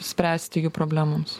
spręsti jų problemoms